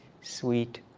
sweet